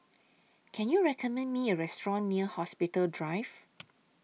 Can YOU recommend Me A Restaurant near Hospital Drive